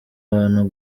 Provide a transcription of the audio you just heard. abantu